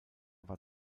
war